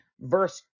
verse